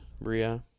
Bria